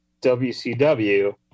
WCW